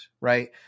right